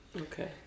Okay